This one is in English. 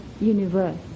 universe